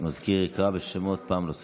המזכיר יקרא בשמות חברי הכנסת פעם נוספת.